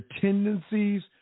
tendencies